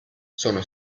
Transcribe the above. sono